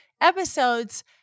episodes